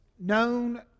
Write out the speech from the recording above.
known